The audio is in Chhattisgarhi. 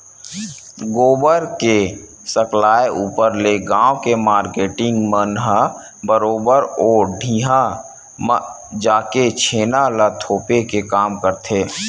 गोबर के सकलाय ऊपर ले गाँव के मारकेटिंग मन ह बरोबर ओ ढिहाँ म जाके छेना ल थोपे के काम करथे